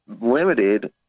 limited